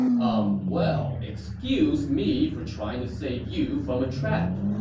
um, well, excuse me for trying to save you from a trap.